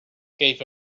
gave